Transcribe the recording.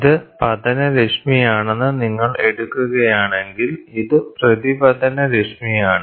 ഇത് പതനരശ്മിയാണെന്ന് നിങ്ങൾ എടുക്കുകയാണെങ്കിൽ ഇത് പ്രതിപതനരശ്മിയാണ്